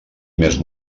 més